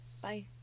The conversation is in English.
bye